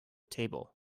table